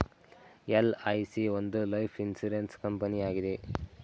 LIC ಒಂದು life insurance ಕಂಪನಿಯಾಗಿದೆ